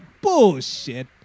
bullshit